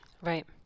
Right